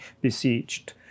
besieged